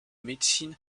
médecine